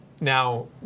now